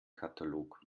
katalog